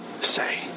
say